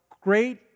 great